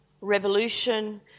revolution